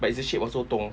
but is the shape of sotong